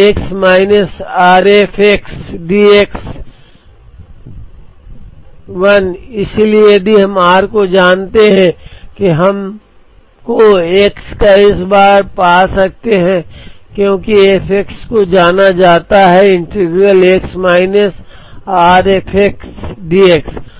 x minus r f x d xl इसलिए यदि हम r को जानते हैं कि हम को x का S बार पा सकते हैं क्योंकि f x को जाना जाता है integral x minus r f x d x